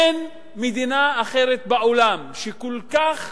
אין מדינה אחרת בעולם שלאחוז כל כך